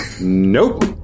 Nope